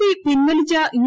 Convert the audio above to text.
P പിൻവലിച്ച U